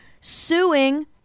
suing